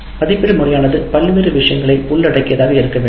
மதிப்பீடு முறையானது பல்வேறு விஷயங்களை உள்ளடக்கியதாக இருக்க வேண்டும்